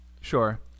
Sure